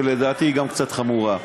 ולדעתי היא גם קצת חמורה.